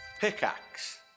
pickaxe